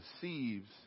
deceives